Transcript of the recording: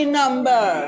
number